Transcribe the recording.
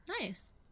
Nice